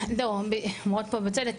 אומרות פה בצדק,